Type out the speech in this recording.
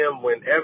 whenever